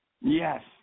Yes